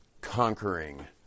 conquering